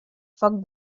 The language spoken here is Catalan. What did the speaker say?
foc